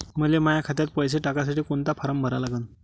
मले माह्या खात्यात पैसे टाकासाठी कोंता फारम भरा लागन?